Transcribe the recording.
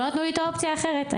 לא נתנו לי אופציה אחרת.